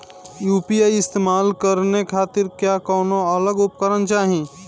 UPI इस्तेमाल करने खातिर क्या कौनो अलग उपकरण चाहीं?